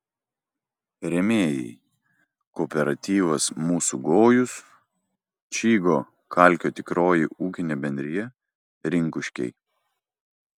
rėmėjai kooperatyvas mūsų gojus čygo kalkio tikroji ūkinė bendrija rinkuškiai